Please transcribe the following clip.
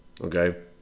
Okay